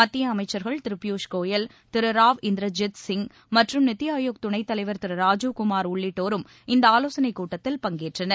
மத்திய அமைச்சர்கள் திரு பியூஷ் கோயல் திரு ராவ் இந்தர்ஜித் சிங் மற்றும் நித்தி ஆயோக் துணைத் தலைவர் திரு ராஜீவ்குமார் உள்ளிட்டோரும் இந்த ஆலோசனைக் கூட்டத்தில் பங்கேற்றனர்